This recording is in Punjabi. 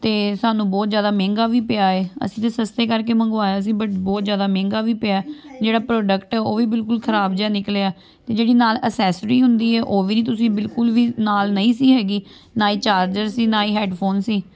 ਅਤੇ ਸਾਨੂੰ ਬਹੁਤ ਜ਼ਿਆਦਾ ਮਹਿੰਗਾ ਵੀ ਪਿਆ ਹੈ ਅਸੀਂ ਤਾਂ ਸਸਤੇ ਕਰਕੇ ਮੰਗਵਾਇਆ ਸੀ ਬਟ ਬਹੁਤ ਜ਼ਿਆਦਾ ਮਹਿੰਗਾ ਵੀ ਪਿਆ ਜਿਹੜਾ ਪ੍ਰੋਡਕਟ ਉਹ ਵੀ ਬਿਲਕੁਲ ਖਰਾਬ ਜਿਹਾ ਨਿਕਲਿਆ ਅਤੇ ਜਿਹੜੀ ਨਾਲ ਅਸੈਸਰੀ ਹੁੰਦੀ ਹੈ ਉਹ ਵੀ ਨਹੀਂ ਤੁਸੀਂ ਬਿਲਕੁਲ ਵੀ ਨਾਲ ਨਹੀਂ ਸੀ ਹੈਗੀ ਨਾ ਹੀ ਚਾਰਜਰ ਸੀ ਨਾ ਹੀ ਹੈਡਫੋਨ ਸੀ